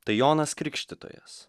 tai jonas krikštytojas